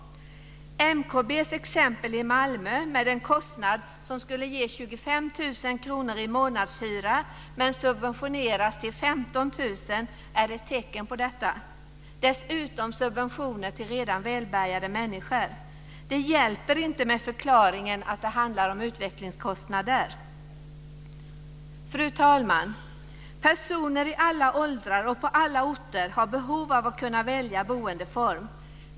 MKB:s exempel i Malmö, med en kostnad som skulle ge 25 000 kr i månadshyra men som subventioneras till 15 000 kr, är ett tecken på det. Dessutom ger man subventioner till redan välbärgade människor. Det hjälper inte med förklaringen att det handlar om utvecklingskostnader. Fru talman! Personer i alla åldrar och på alla orter har behov av att kunna välja boendeform.